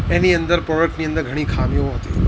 એની અંદર પ્રોડક્ટની અંદર ઘણી ખામીઓ હતી